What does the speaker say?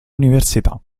università